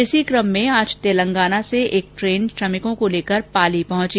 इसी कम में आज तेलंगाना से एक ट्रेन श्रमिकों को लेकर पाली पहुंची